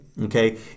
Okay